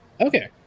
Okay